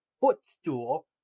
footstool